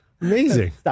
amazing